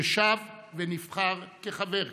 ששב ונבחר כחבר כנסת.